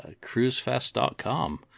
cruisefest.com